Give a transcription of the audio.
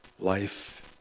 life